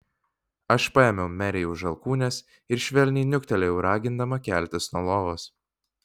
aš paėmiau merei už alkūnės ir švelniai niuktelėjau ragindama keltis nuo lovos